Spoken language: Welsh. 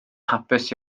hapus